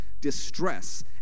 distress